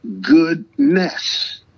goodness